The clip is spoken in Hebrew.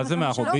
מה זה 100 אחוזים?